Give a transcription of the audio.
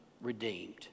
Redeemed